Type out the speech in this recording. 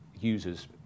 users